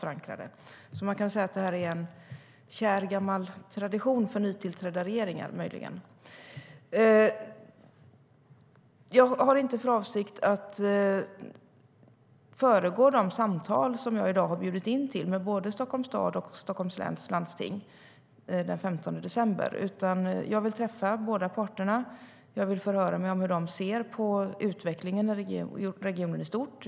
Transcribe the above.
Möjligen kan vi alltså säga att det här är en kär gammal tradition för nytillträdda regeringar. Jag har inte för avsikt att föregå de samtal med både Stockholms stad och Stockholms läns landsting jag i dag har bjudit in till och som ska ske den 15 december. Jag vill i stället träffa båda parterna och förhöra mig om hur de ser på utvecklingen av regionen i stort.